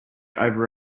over